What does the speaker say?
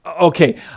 okay